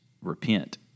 repent